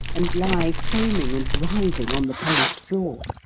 and lie foaming and writhing on the polished floor.